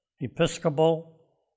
Episcopal